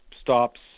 stops